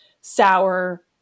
sour